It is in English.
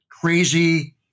crazy